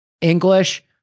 English